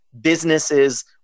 businesses